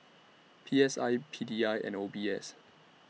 P S I P D I and O B S